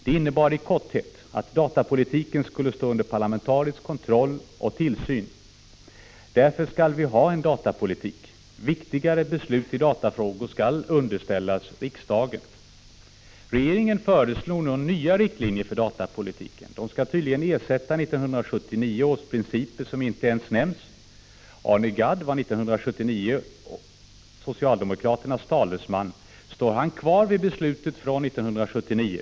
Detta innebar i korthet att datautvecklingen skall stå under parlamentarisk kontroll och tillsyn — vi skall därför ha en datapolitik. Viktigare beslut i datafrågor skall underställas riksdagen. Regeringen föreslår nu nya riktlinjer för datapolitiken. De skall tydligen Prot. 1985/86:53 ersätta 1979 års principer, som inte ens nämns. Arne Gadd var 1979 17 december 1985 socialdemokraternas talesman. Står han kvar vid beslutet från 1979?